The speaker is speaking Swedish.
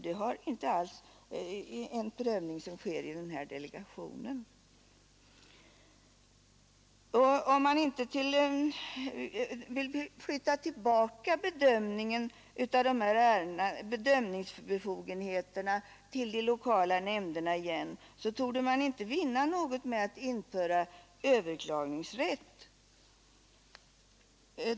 Den prövning som görs av den här delegationen har inte alls någon sådan innebörd. Om man inte vill flytta tillbaka bedömningsbefogenheterna i de här ärendena till de lokala nämnderna torde man inte vinna något med att införa rätt till överklagande.